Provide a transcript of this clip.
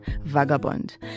Vagabond